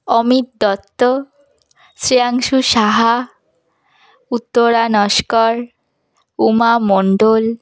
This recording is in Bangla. অমিত দত্ত শ্রেয়াংশু সাহা উত্তরা নস্কর উমা মণ্ডল